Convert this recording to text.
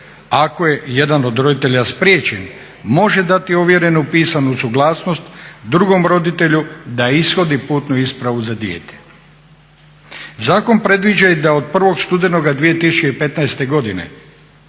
Ako je jedan od roditelja spriječen može dati ovjerenu pisanu suglasnost drugom roditelju da ishodi putnu ispravu za dijete. Zakon predviđa i da od 1. studenoga 2015. godine